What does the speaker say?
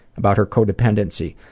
about her co-dependency,